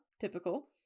Typical